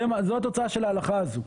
זה התוצאה של ההלכה הזו.